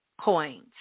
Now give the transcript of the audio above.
coins